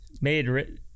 made